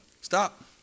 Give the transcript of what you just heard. Stop